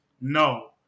no